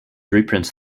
reprints